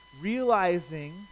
realizing